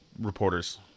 reporters